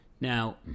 Now